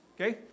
Okay